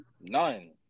none